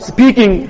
Speaking